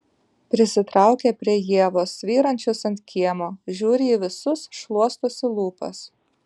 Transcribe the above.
prisitraukia prie ievos svyrančios ant kiemo žiūri į visus šluostosi lūpas